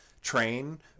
train